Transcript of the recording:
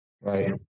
Right